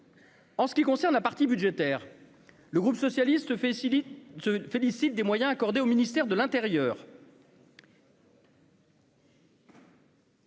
En ce qui concerne la partie budgétaire, le groupe socialiste fait il se félicite des moyens accordés au ministère de l'Intérieur.